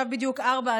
עכשיו בדיוק 16:00,